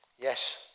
Yes